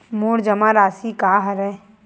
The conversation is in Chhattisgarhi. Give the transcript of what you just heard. मोर जमा राशि का हरय?